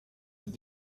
have